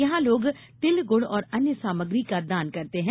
यहां लोग तिलगुड़ और अन्य सामग्री का दान करते है